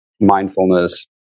mindfulness